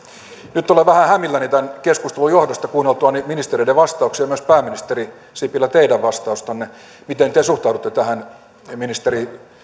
nyt olen vähän hämilläni tämän keskustelun johdosta kuunneltuani ministereiden vastauksia ja myös pääministeri sipilä teidän vastaustanne miten te suhtaudutte ministeri